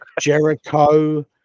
Jericho